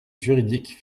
juridique